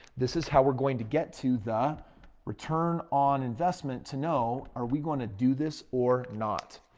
this is how we're going to get to the return on investment to know, are we going to do this or not?